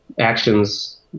actions